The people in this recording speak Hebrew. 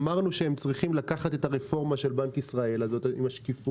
אמרנו שהם צריכים לקחת את הרפורמה של בנק ישראל עם השקיפות